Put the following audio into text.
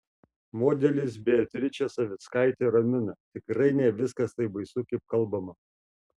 modelis beatričė savickaitė ramina tikrai ne viskas taip baisu kaip kalbama